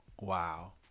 wow